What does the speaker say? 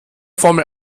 formel